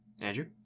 Andrew